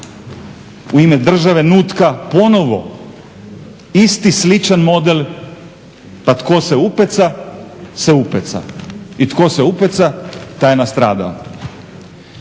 u ime države nutka ponovo isti sličan model, pa tko se upeca se upeca. I tko se upeca taj je nastradao.